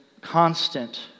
constant